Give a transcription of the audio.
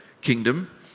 kingdom